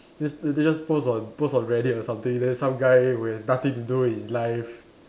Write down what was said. they they just post on post on Reddit or something then some guy who has nothing to do with his life